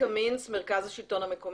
צביקה מינץ, מרכז השלטון המקומי.